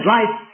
Life